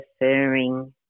referring